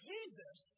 Jesus